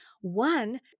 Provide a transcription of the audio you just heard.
one